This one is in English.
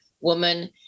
woman